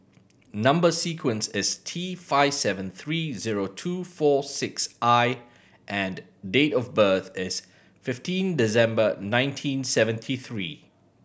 number sequence is T five seven three zero two four six I and date of birth is fifteen December nineteen seventy three